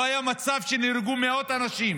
לא היה מצב שנהרגו מאות אנשים